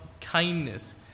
kindness